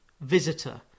visitor